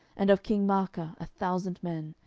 and of king maacah a thousand men,